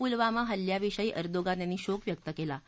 पुलवामा हल्ल्याविषयी एर्दोगान यांनी शोक व्यक्त कलि